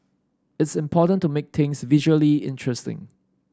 it's important to make things visually interesting